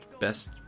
best